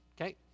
okay